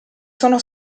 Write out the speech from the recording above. sono